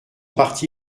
parti